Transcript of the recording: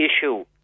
issue